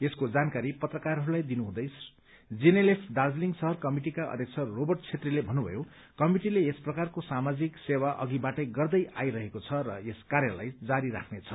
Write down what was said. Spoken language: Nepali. यसको जानकारी पत्रकारहरूलाई दिनुहुँदै जीएनएलएफ दार्जीलिङ शहर कमिटिका अध्यक्ष रोबर्ट छेत्रीले भन्नुभयो कमिटिले यस प्रकारको सामाजिक सेवा अघिबाटै गर्दै आइरहेको छ र यस कार्यलाई जारी राख्ने छ